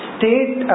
State